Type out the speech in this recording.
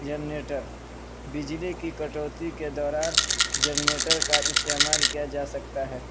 generator بجلی کی کٹوتی کے دوران جنیریٹر کا استعمال کیا جا سکتا ہے